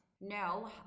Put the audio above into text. No